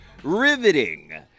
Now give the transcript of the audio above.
Riveting